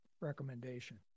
recommendation